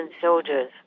soldiers